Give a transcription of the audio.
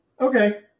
Okay